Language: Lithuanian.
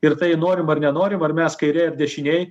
ir tai norim ar nenorim ar mes kairėj ar dešinėj